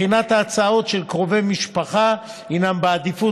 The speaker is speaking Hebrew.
בחינת ההצעות של קרובי משפחה הינה בעדיפות